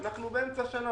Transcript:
אנחנו באמצע השנה.